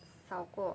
少过